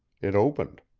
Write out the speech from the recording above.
it opened.